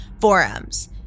forums